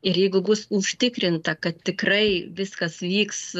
ir jeigu bus užtikrinta kad tikrai viskas vyks